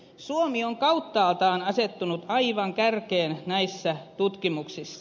suomi on kauttaaltaan asettunut aivan kärkeen näissä tutkimuksissa